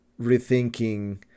rethinking